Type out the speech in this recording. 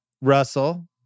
Russell